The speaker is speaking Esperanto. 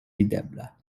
videbla